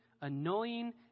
annoying